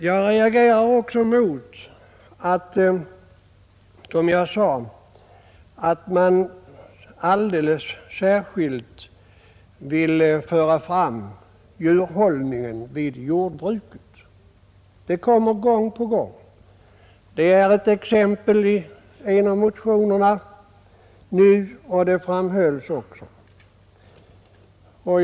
Jag reagerar som jag sade mot att man alldeles särskilt vill föra fram djurhållningen i jordbruket i detta sammanhang. Det gör man gång på gång. Det anförs som exempel i en av motionerna, och det har även framhållits här.